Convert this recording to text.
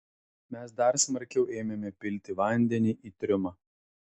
mes dar smarkiau ėmėme pilti vandenį į triumą